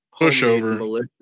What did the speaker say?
pushover